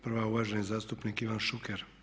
Prva je uvaženi zastupnik Ivan Šuker.